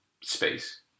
space